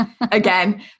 again